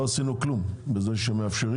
אנחנו לא עושים כלום בזה שאנחנו מאפשרים